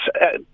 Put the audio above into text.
yes